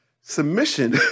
Submission